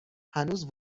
هنوز